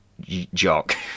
Jock